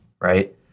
right